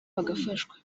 bagafashwa